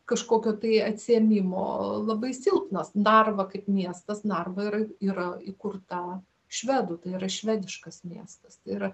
kažkokio tai atsiėmimo labai silpnas narva kaip miestas narva yra yra įkurta švedų tai yra švediškas miestas tai yra